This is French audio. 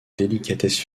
délicatesse